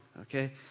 okay